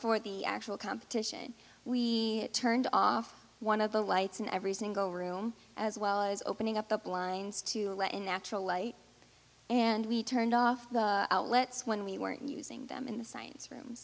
for the actual competition we turned off one of the lights in every single room as well as opening up the blinds to let in natural light and we turned off the outlets when we weren't using them in the science room